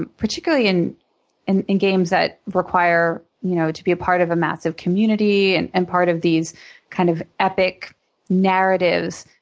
and particularly in in games that require you know to be part of a massive community and and part of these kind of epic narratives,